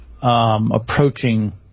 approaching